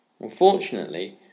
Unfortunately